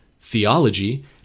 theology